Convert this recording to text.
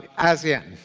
as in,